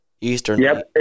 eastern